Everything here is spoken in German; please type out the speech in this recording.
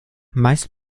meist